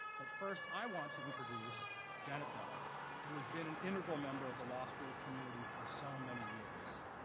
but first i want to introduce janet bell who has been an integral member of the law school community for so many years.